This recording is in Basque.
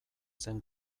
zen